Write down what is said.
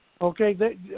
Okay